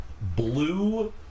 Blue